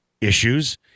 issues